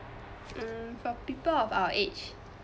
mm for people of our age